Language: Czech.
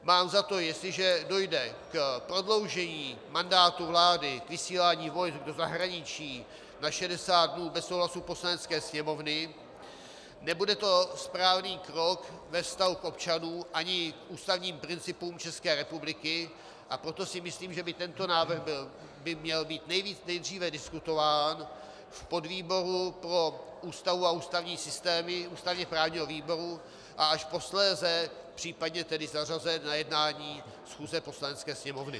Mám za to, jestliže dojde k prodloužení mandátu vlády k vysílání vojsk do zahraničí na 60 dnů bez souhlasu Poslanecké sněmovny, nebude to správný krok ve vztahu k občanům ani ústavním principům ČR, a proto si myslím, že by tento návrh měl být nejdříve diskutován v podvýboru pro Ústavu a ústavní systémy ústavněprávního výboru a až posléze případně tedy zařazen na jednání schůze Poslanecké sněmovny.